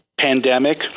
pandemic